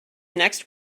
next